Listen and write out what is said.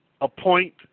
appoint